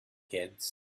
kids